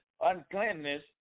uncleanness